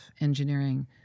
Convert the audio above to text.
engineering